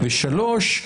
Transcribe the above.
ושלוש,